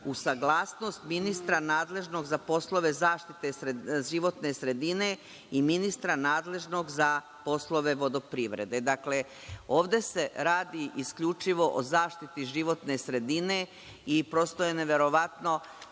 uz saglasnost ministra nadležnog za poslove zaštite životne sredine i ministra nadležnog za poslove vodoprivrede. Dakle, ovde se radi isključivo o zaštiti životne sredine. Prosto je neverovatno